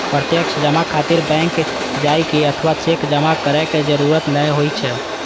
प्रत्यक्ष जमा खातिर बैंक जाइ के अथवा चेक जमा करै के जरूरत नै होइ छै